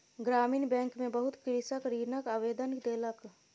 ग्रामीण बैंक में बहुत कृषक ऋणक आवेदन देलक